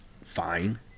fine